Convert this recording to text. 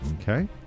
Okay